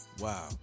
Wow